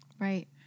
Right